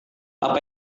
apa